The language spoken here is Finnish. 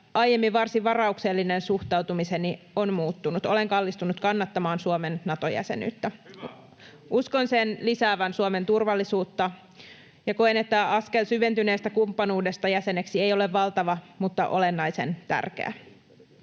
aiemmin varsin varauksellinen suhtautumiseni on muuttunut. Olen kallistunut kannattamaan Suomen Nato-jäsenyyttä. [Sebastian Tynkkynen: Hyvä!] Uskon sen lisäävän Suomen turvallisuutta, ja koen, että askel syventyneestä kumppanuudesta jäseneksi ei ole valtava mutta se on olennaisen tärkeä.